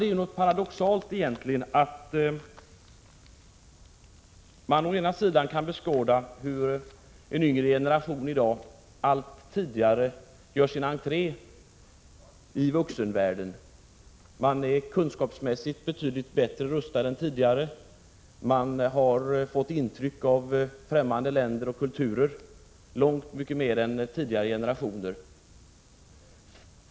Det är egentligen paradoxalt att man å ena sidan kan beskåda hur den yngre generationen i dag allt tidigare gör sin entré i vuxenvärlden. De unga är kunskapsmässigt betydligt bättre rustade och har fått intryck från främmande länder och kulturer i betydligt större utsträckning än tidigare generationer.